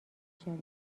شود